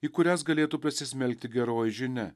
į kurias galėtų prasismelkti geroji žinia